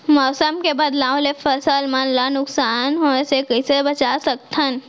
मौसम के बदलाव ले फसल मन ला नुकसान से कइसे बचा सकथन?